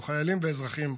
או חיילים ואזרחים,